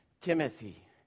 Timothy